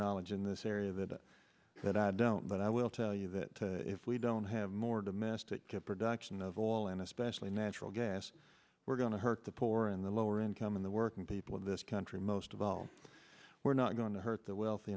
knowledge in this area that that i don't but i will tell you that if we don't have more domestic production of oil and especially natural gas we're going to hurt the poor in the lower income in the working people of this country most of all we're not going to hurt the wealthy